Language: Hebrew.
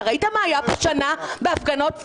אתה ראית מה היה פה שנה בהפגנות בבלפור?